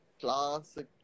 classic